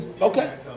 Okay